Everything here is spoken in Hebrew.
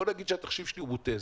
בוא נגיד שהתחשיב שלי הוא מוטעה,